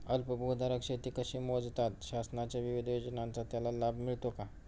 अल्पभूधारक शेती कशी मोजतात? शासनाच्या विविध योजनांचा त्याला लाभ मिळतो का?